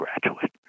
graduate